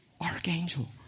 Archangel